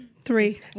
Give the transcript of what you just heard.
three